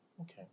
Okay